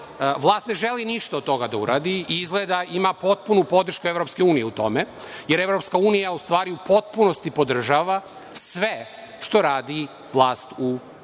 vlast ne želi ništa od toga da uradi i izgleda ima potpunu podršku EU u tome, jer EU u stvari u potpunosti podržava sve što radi vlast u Srbiji.